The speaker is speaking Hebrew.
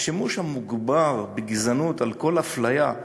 השימוש המוגבר בגזענות, על כל אפליה,